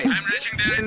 am reaching there